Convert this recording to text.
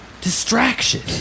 distraction